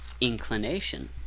inclination